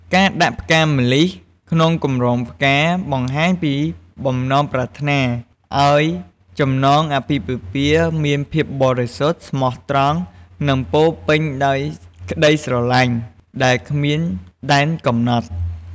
ការដាក់ផ្កាម្លិះក្នុងកម្រងផ្កាបង្ហាញពីបំណងប្រាថ្នាឱ្យចំណងអាពាហ៍ពិពាហ៍មានភាពបរិសុទ្ធ ស្មោះត្រង់ និងពោរពេញដោយក្តីស្រឡាញ់ដែលគ្មានដែនកំណត់។